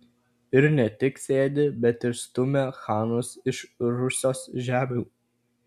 ir ne tik sėdi bet ir stumia chanus iš rusios žemių